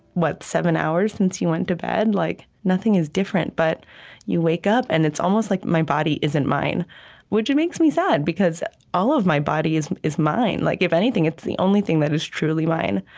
what, seven hours since you went to bed. like nothing is different, but you wake up, and it's almost like my body isn't mine which makes me sad, because all of my body is mine. like if anything, it's the only thing that is truly mine.